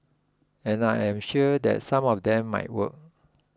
and I am sure that some of them might work